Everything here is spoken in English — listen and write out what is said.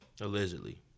Allegedly